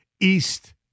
East